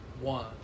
One